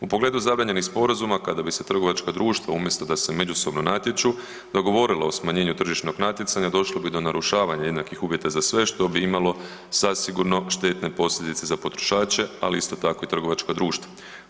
U pogledu zabranjenih sporazuma, kada bi se trgovačka društva umjesto da se međusobno natječu, dogovorila o smanjenju tržišnog natjecanja, došlo bi do narušavanja jednakih uvjeta za sve što bi imalo zasigurno štetne posljedice za potrošače ali isto tako i trgovačka društva.